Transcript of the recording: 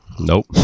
Nope